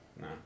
No